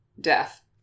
Death